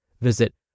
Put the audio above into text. Visit